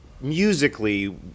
Musically